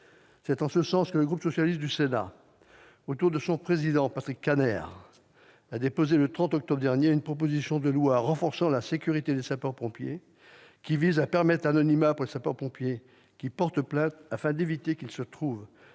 C'est en ce sens que le groupe socialiste et républicain du Sénat, autour de son président Patrick Kanner, a déposé le 30 octobre dernier une proposition de loi relative au renforcement de la sécurité des sapeurs-pompiers. Elle vise à permettre l'anonymat pour les sapeurs-pompiers qui portent plainte afin d'éviter qu'ils ne se trouvent